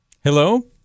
Hello